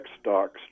stocks